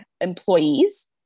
employees